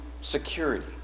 security